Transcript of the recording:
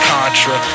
Contra